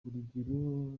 urugero